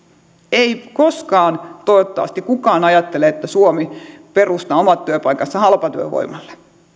ei koskaan toivottavasti kukaan ajattele että suomi perustaa omat työpaikkansa halpatyövoimalle